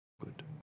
Good